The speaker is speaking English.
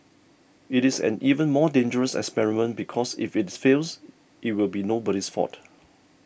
it is an even more dangerous experiment because if it fails it will be nobody's fault